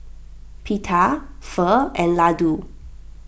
Pita Pho and Ladoo